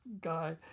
guy